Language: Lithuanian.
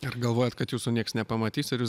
ar galvojat kad jūsų nieks nepamatys ir jūs